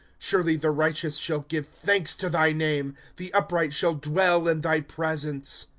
surely the righteous shall give thanks to thy name the upright shall dwell in thy presence.